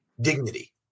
dignity